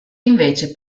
invece